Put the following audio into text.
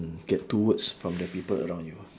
get two words from the people around you